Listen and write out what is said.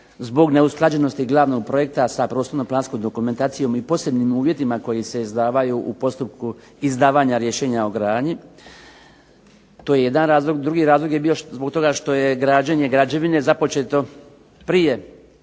zbog neusklađenosti glavnog projekta sa prostorno-planskom dokumentacijom i posebnim uvjetima koji se izdavaju u postupku izdavanja rješenja o gradnji. To je jedan razlog. Drugi razlog je bio zbog toga što je građenje građevine započeto prije